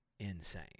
insane